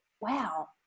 wow